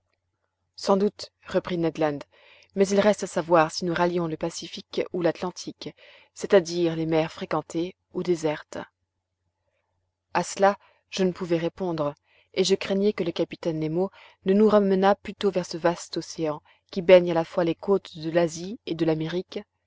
sans doute reprit ned land mais il reste à savoir si nous rallions le pacifique ou l'atlantique c'est-à-dire les mers fréquentées ou désertes a cela je ne pouvais répondre et je craignais que le capitaine nemo ne nous ramenât plutôt vers ce vaste océan qui baigne à la fois les côtes de l'asie et de l'amérique